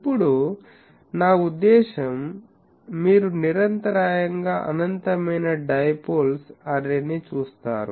ఇప్పుడు నా ఉద్దేశ్యం మీరు నిరంతరాయంగా అనంతమైన డైపోల్స్ అర్రే ని చూస్తారు